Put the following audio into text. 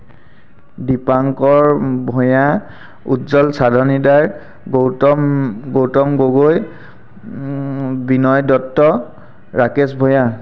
দীপাংকৰ ভূঞা উজ্জ্বল সাধনিধাৰ গৌতম গৌতম গগৈ বিনয় দত্ত ৰাকেশ ভূঞা